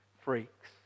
freaks